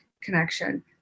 connection